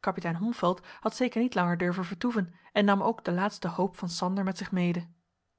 kapitein holmfeld had zeker niet langer durven vertoeven en nam ook de laatste hoop van sander met zich mede